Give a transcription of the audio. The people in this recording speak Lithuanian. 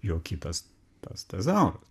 jo kitas tas tezauras